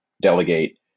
delegate